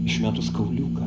išmetus kauliuką